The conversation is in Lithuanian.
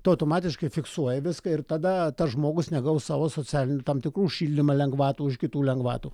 tau automatiškai fiksuoja viską ir tada tas žmogus negaus savo socialinių tam tikrų už šildymą lengvatų už kitų lengvatų